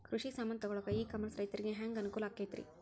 ಕೃಷಿ ಸಾಮಾನ್ ತಗೊಳಕ್ಕ ಇ ಕಾಮರ್ಸ್ ರೈತರಿಗೆ ಹ್ಯಾಂಗ್ ಅನುಕೂಲ ಆಕ್ಕೈತ್ರಿ?